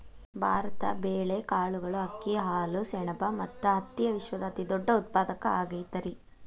ಭಾರತ ಬೇಳೆ, ಕಾಳುಗಳು, ಅಕ್ಕಿ, ಹಾಲು, ಸೆಣಬ ಮತ್ತ ಹತ್ತಿಯ ವಿಶ್ವದ ಅತಿದೊಡ್ಡ ಉತ್ಪಾದಕ ಆಗೈತರಿ